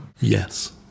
Yes